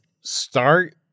start